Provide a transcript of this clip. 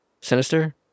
sinister